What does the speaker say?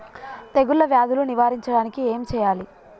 తెగుళ్ళ వ్యాధులు నివారించడానికి ఏం చేయాలి?